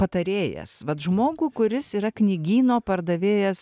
patarėjas vat žmogų kuris yra knygyno pardavėjas